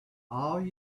all